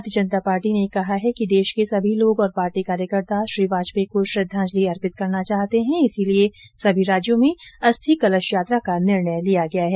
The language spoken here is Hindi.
भारतीय जनता पार्टी ने कहा है कि देश के समी लोग और पार्टी कार्यकर्ता श्री वाजपेयी को श्रद्वांजलि अर्पित करना चाहते हैं इसीलिए सभी राज्यों में अस्थि कलश यात्रा का निर्णय लिया गया है